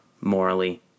morally